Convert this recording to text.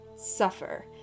Suffer